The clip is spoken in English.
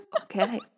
Okay